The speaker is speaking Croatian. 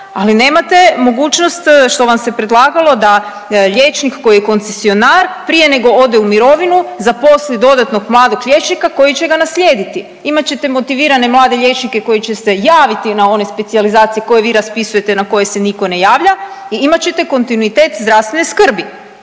ali nemate mogućnost što vam se predlagalo da liječnik koji je koncesionar prije nego ode u mirovinu zaposli dodatnog mladog liječnika koji će ga naslijediti, imat ćete motivirane mlade liječnike koji će se javiti na one specijalizacije koje vi raspisujete na koje se nitko ne javlja i imat ćete kontinuitet zdravstvene skrbi,